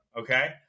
okay